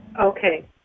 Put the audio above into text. Okay